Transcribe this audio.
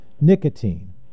nicotine